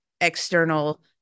external